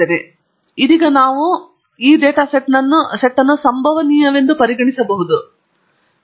ಆದ್ದರಿಂದ ಇದೀಗ ನಾವು ಈ ಡೇಟಾ ಸೆಟ್ ಅನ್ನು ಸಂಭವನೀಯವೆಂದು ಪರಿಗಣಿಸಬಹುದು ಮತ್ತು ಬೀವರ್ನ ಅರ್ಥವನ್ನು ಕೇಳಬಹುದು